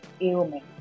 ailment